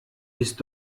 ist